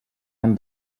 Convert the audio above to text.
han